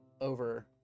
over